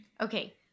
Okay